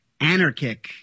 anarchic